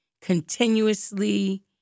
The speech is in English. continuously